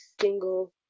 single